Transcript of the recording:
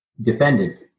defendant